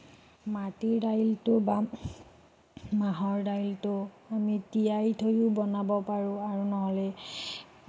মাটিৰ দাইলটো বা মাহৰ দাইলটো আমি তিয়াই থৈও বনাব পাৰোঁ আৰু নহ'লে